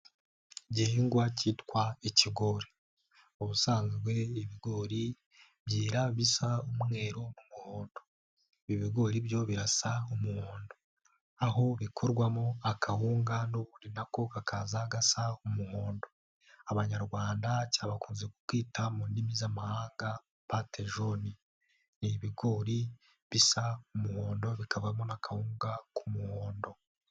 Igihingwa cyitwa ikigori, ubusanzwe ibigori byera bisa umweru mu muhondo. Ibigori byo birasa umuhondo aho bikorwamo akawunga nako kakaza gasa umuhondo. Abanyarwanda bakunze kutita mu ndimi z'amahanga patejoni. Ni ibigori bisa umuhondo bikavamo n'akawunga k'umuhondo.